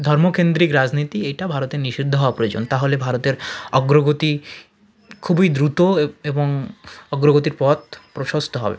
ধর্মকেন্দ্রিক রাজনীতি এইটা ভারতে নিষিদ্ধ হওয়া প্রয়োজন তাহলে ভারতের অগ্রগতি খুবই দ্রুত এবং অগ্রগতির পথ প্রশস্ত হবে